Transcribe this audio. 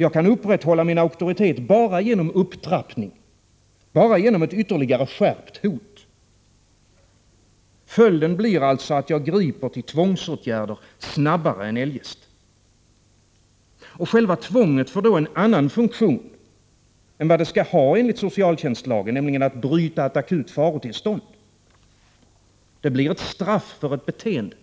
Jag kan upprätthålla min auktoritet bara genom upptrappning, bara genom ett ytterligare skärpt hot. Följden blir alltså att jag griper till tvångsåtgärder snabbare än eljest. Och själva tvånget får då en annan funktion än vad det skall ha enligt socialtjänstlagen, nämligen att bryta ett akut farotillstånd. Det blir ett straff för ett beteende,